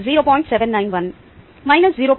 791 minus 0